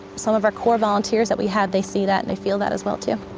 some of our core volunteers that we had, they see that and they feel that as well too.